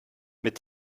mit